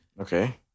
Okay